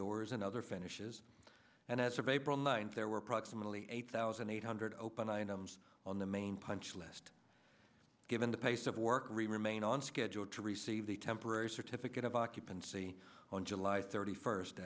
doors and other finishes and as of april ninth there were approximately eight thousand eight hundred open items on the main punch list given the pace of work remain on schedule to receive the temporary certificate of occupancy on july thirty first